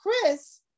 Chris